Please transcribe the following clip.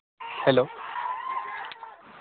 hello